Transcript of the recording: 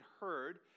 heard